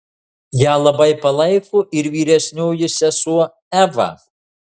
ją labai palaiko ir vyresnioji sesuo eva